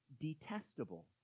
detestable